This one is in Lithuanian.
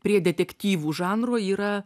prie detektyvų žanrų yra